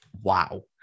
Wow